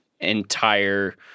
entire